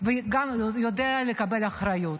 וגם יודע לקבל אחריות.